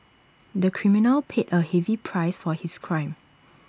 the criminal paid A heavy price for his crime